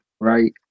right